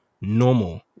normal